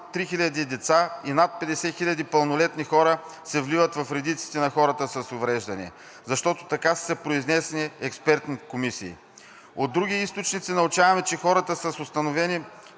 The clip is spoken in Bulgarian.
3000 деца и над 50 000 пълнолетни хора се вливат в редиците на хората с увреждания, защото така са се произнесли експертни комисии. От други източници научаваме, че хората с установени